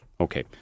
Okay